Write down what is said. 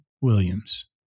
Williams